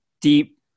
deep